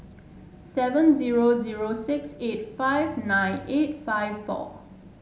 seven zero zero six eight five nine eight five four